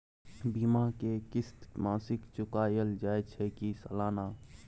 बीमा के किस्त मासिक चुकायल जाए छै की सालाना?